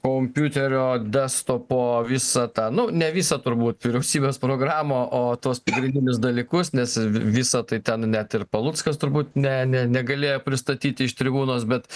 kompiuterio desktopo visą tą nu ne visą turbūt vyriausybės programą o tuos pagrindinius dalykus nes v visą tai ten net ir paluckas turbūt ne ne negalėjo pristatyti iš tribūnos bet